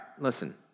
listen